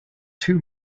two